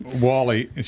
Wally